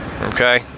Okay